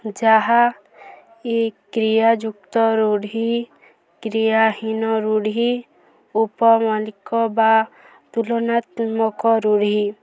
ଯାହା ଇ କ୍ରିୟା ଯୁକ୍ତ ରୂଢ଼ି କ୍ରିୟାହୀନ ରୂଢ଼ି ଉପମଲିକ ବା ତୁଳନାତ୍ମକ ରୂଢ଼ି